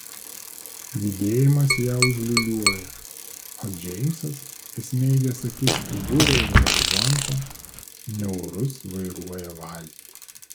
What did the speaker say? judėjimas ją užliūliuoja o džeimsas įsmeigęs akis į burę ir horizontą niaurus vairuoja valtį